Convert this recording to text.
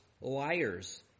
liars